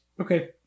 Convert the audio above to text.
Okay